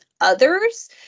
others